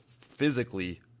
physically